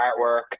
artwork